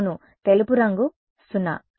అవును తెలుపు రంగు 0